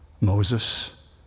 Moses